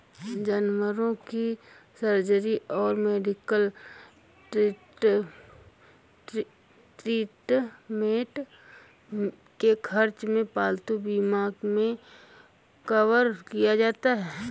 जानवरों की सर्जरी और मेडिकल ट्रीटमेंट के सर्च में पालतू बीमा मे कवर किया जाता है